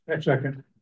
second